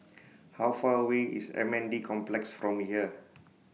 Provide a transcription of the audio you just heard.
How Far away IS M N D Complex from here